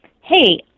hey